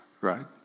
right